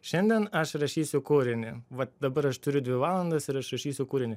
šiandien aš rašysiu kūrinį va dabar aš turiu dvi valandas ir aš rašysiu kūrinį